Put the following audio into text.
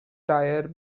tire